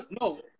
No